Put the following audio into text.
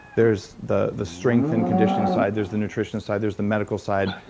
there's the the strength and conditioning side. there's the nutrition side. there's the medical side.